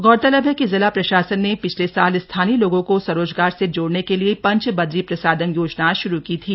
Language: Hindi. गौरतलब है कि जिला प्रशासन ने पिछले साल स्थानीय लोगों को स्वरोजगार से जोड़ने के लिए पंच बदरी प्रसादम योजना शुरू की थी